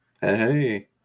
Hey